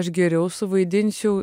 aš geriau suvaidinčiau